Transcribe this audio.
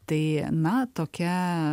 tai na tokia